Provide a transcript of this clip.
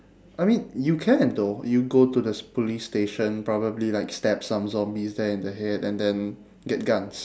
I mean you can though you go to the s~ police station probably like stab some zombies there in the head and then get guns